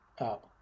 out